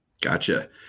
Gotcha